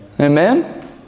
Amen